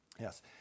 Yes